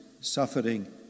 suffering